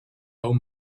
home